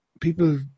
people